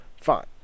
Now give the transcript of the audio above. Fine